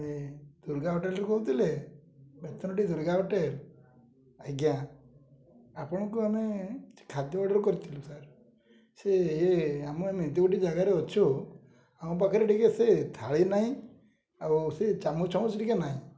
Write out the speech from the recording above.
ଏ ଦୁର୍ଗା ହୋଟେଲରୁ କହୁଥିଲେ ବେତନଟି ଦୁର୍ଗା ହୋଟେଲ ଆଜ୍ଞା ଆପଣଙ୍କୁ ଆମେ ଖାଦ୍ୟ ଅର୍ଡ଼ର୍ କରିଥିଲୁ ସାର୍ ସେ ଇଏ ଆମେ ଆମେ ଏମିତି ଗୋଟେ ଜାଗାରେ ଅଛୁ ଆମ ପାଖରେ ଟିକେ ସେ ଥାଳି ନାହିଁ ଆଉ ସେ ଚାମୁଚ ଟିକେ ନାହିଁ